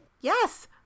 Yes